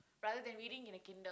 rather than reading in a Kindle